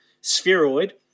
spheroid